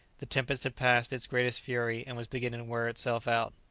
the tempest had passed its greatest fury, and was beginning to wear itself out.